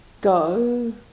go